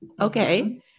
Okay